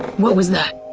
what was that?